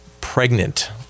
pregnant